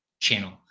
channel